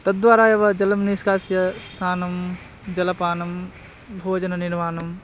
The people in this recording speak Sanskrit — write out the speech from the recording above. तद्वारा एव जलं निष्कास्य स्नानं जलपानं भोजननिर्माणं